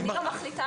מי מחליט?